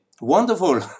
Wonderful